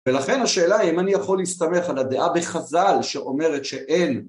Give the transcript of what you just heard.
ולכן השאלה אם אני יכול להסתבך על הדעה בחזל שאומרת שאין